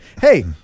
Hey